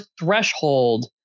threshold